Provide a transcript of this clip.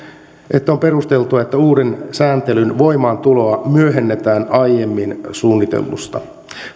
on perusteltua että uuden sääntelyn voimaantuloa myöhennetään aiemmin suunnitellusta